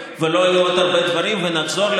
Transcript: ולא יהיו עוד הרבה דברים, ונחזור,